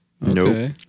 Nope